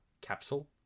capsule